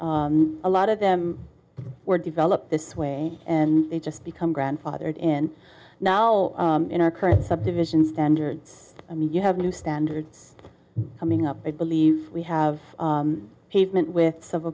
road a lot of them were developed this way and they just become grandfathered in now in our current subdivision standards i mean you have new standards coming up it believes we have pavement with serve